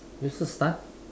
Missus Tan